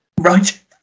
right